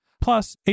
Plus